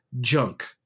junk